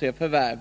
Som redan